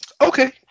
Okay